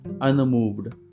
unmoved